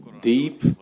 deep